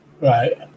Right